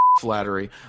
flattery